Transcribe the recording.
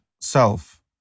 self